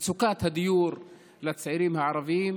את מצוקת הדיור של הצעירים הערבים,